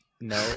No